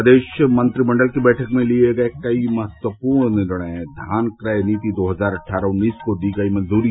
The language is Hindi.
प्रदेश मंत्रिमंडल की बैठक में लिये गये कई महत्वपूर्ण निर्णय धान क्रय नीति दो हजार अट्ठारह उन्नीस को दी गयी मंजूरी